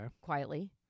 quietly